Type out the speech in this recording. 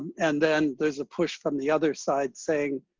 and then there's a push from the other side saying,